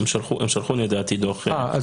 הם שלחו לדעתי דוח שלא הועלה --- אז